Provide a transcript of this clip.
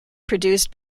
produced